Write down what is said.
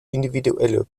individuelle